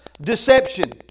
deception